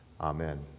Amen